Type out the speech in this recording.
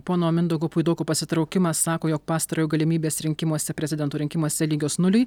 pono mindaugo puidoko pasitraukimą sako jog pastarojo galimybės rinkimuose prezidento rinkimuose lygios nuliui